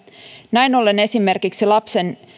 näin ollen esimerkiksi lapsen